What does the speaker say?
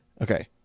Okay